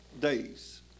days